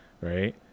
right